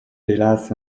hélas